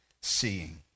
seeing